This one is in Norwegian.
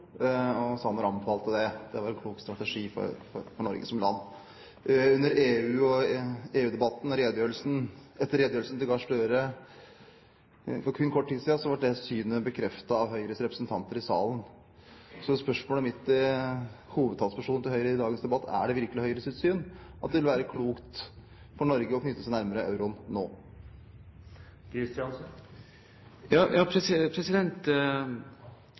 Gahr Støre for kun kort tid siden ble det synet bekreftet av Høyres representanter i salen. Så spørsmålet mitt til hovedtalspersonen til Høyre i dagens debatt er: Er det virkelig Høyres syn at det vil være klokt for Norge å knytte seg nærmere til euroen